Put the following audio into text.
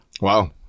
wow